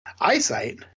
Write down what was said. Eyesight